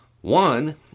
One